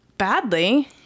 Badly